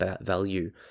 value